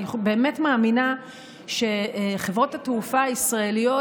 אני באמת מאמינה שחברות התעופה הישראליות